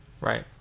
Right